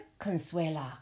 Consuela